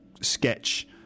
sketch